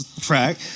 track